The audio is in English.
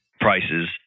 prices